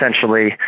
Essentially